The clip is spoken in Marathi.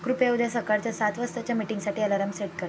कृपया उद्या सकाळच्या सात वाजताच्या मिटींगसाठी अलाराम सेट कर